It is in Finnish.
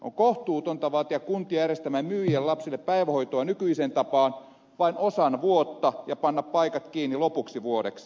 on kohtuutonta vaatia kuntia järjestämään myyjien lapsille päivähoitoa nykyiseen tapaan vain osan vuotta ja panna paikat kiinni lopuksi vuodeksi